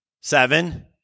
seven